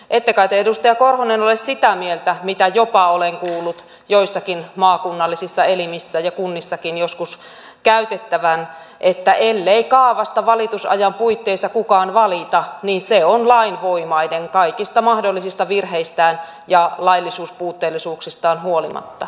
ette kai te edustaja korhonen ole sitä mieltä mitä jopa olen kuullut joissakin maakunnallisissa elimissä ja kunnissakin joskus käytettävän että ellei kaavasta valitusajan puitteissa kukaan valita niin se on lainvoimainen kaikista mahdollisista virheistään ja laillisuuspuutteellisuuksistaan huolimatta